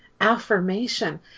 affirmation